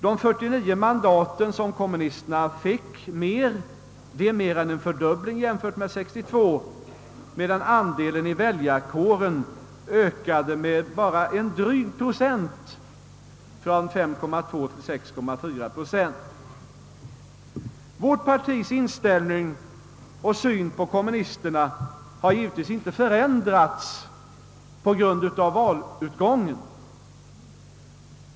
De 49 mandat som kommunisterna ökade med innebär att mandaten mer än fördubblades jämfört med 1962, medan andelen i väljarkåren bara ökade med drygt en procent, från 5,2 till 6,4 procent. Vårt partis inställning till och syn på kommunisterna har givetvis inte förändrats på grund av valutgången.